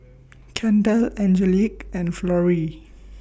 Kendell Angelique and Florie